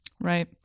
right